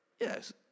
yes